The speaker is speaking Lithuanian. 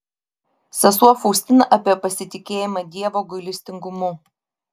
sesuo faustina apie pasitikėjimą dievo gailestingumu